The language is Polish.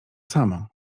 samo